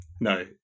no